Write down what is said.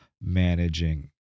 managing